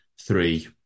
three